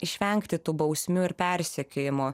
išvengti tų bausmių ir persekiojimo